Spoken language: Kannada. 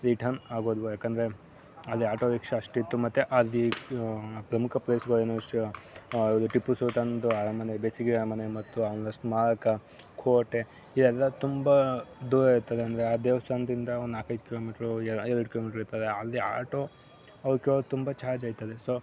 ರಿಟನ್ ಆಗೋದೆವು ಏಕೆಂದ್ರೆ ಅಲ್ಲಿ ಆಟೋ ರಿಕ್ಷಾ ಅಷ್ಟಿತ್ತು ಮತ್ತೆ ಅಲ್ಲಿ ಪ್ರಮುಖ ಪ್ಲೇಸ್ಗಳೇನು ಅಷ್ಟು ಅದು ಟಿಪ್ಪು ಸುಲ್ತಾನ್ದು ಅರಮನೆ ಬೇಸಿಗೆ ಅರಮನೆ ಮತ್ತು ಅವನ ಸ್ಮಾರಕ ಕೋಟೆ ಎಲ್ಲ ತುಂಬ ದೂರ ಇರ್ತದೆ ಅಂದರೆ ಆ ದೇವಸ್ಥಾನದಿಂದ ಒಂದು ನಾಲ್ಕೈದು ಕಿಲೋಮೀಟ್ರು ಎರಡು ಕಿಲೋಮೀಟ್ರ್ ಇರ್ತದೆ ಆಲ್ಲಿ ಆಟೋ ಅವಕ್ಕೆ ತುಂಬ ಚಾರ್ಜ್ ಆಯ್ತದೆ ಸೊ